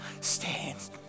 stands